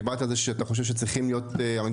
דיברת על זה שאתה חושב שצריכים להיות הדיונים